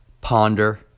ponder